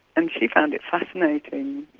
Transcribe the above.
and she found it fascinating.